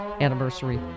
anniversary